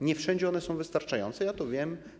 Nie wszędzie one są wystarczające, ja to wiem.